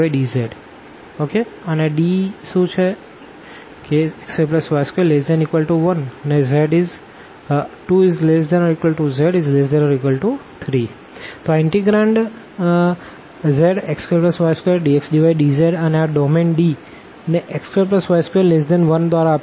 ∭Dzx2y2dxdydz Dx2y2≤12≤z≤3 તો આ integrand zx2y2dxdydz અને આ ડોમેન D ને x2y2≤1દ્વારા આપ્યો છે